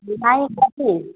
ନାଇଁ